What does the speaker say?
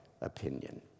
opinion